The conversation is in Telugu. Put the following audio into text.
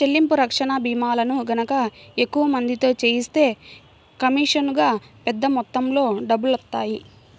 చెల్లింపు రక్షణ భీమాలను గనక ఎక్కువ మందితో చేయిస్తే కమీషనుగా పెద్ద మొత్తంలో డబ్బులొత్తాయి